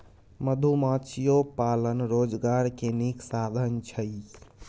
मधुमाछियो पालन रोजगार के नीक साधन छइ